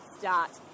Start